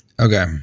okay